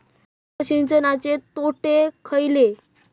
तुषार सिंचनाचे तोटे खयले?